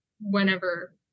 whenever